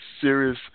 serious